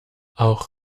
auch